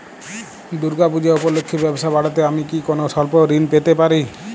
দূর্গা পূজা উপলক্ষে ব্যবসা বাড়াতে আমি কি কোনো স্বল্প ঋণ পেতে পারি?